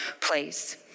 place